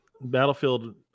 Battlefield